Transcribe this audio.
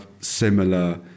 similar